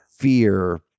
Fear